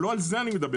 אבל לא על זה אני מדבר.